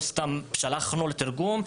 אנחנו לא סתם שלחנו לתרגום,